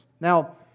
Now